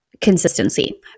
consistency